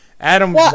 adam